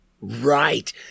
Right